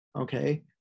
okay